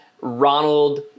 ronald